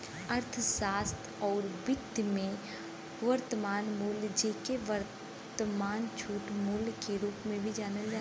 अर्थशास्त्र आउर वित्त में, वर्तमान मूल्य, जेके वर्तमान छूट मूल्य के रूप में भी जानल जाला